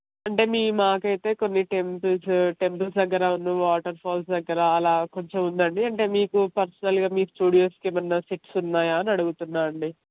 అంటే మీ మాకైతే కొన్ని టెంపుల్స్ టెంపుల్స్ దగ్గర ఉన్న వాటర్ ఫాల్స్ దగ్గర అలా కొంచెం ఉందండి అంటే మీకు పర్సనల్గా మీ స్టూడియోస్కి ఏమైనా సెట్స్ ఉన్నాయా అని అడుగుతున్నాను అండి